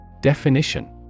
Definition